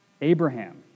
Abraham